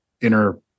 inner